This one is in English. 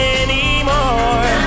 anymore